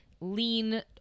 lean